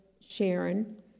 Sharon